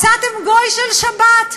מצאתם גוי של שבת,